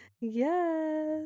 Yes